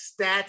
stats